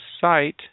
site